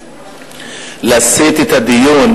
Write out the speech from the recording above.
להסיט את הדיון,